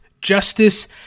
justice